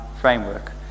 framework